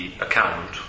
account